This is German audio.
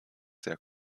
sehr